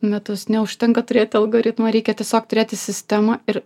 metus neužtenka turėti algoritmą reikia tiesiog turėti sistemą ir